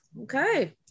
Okay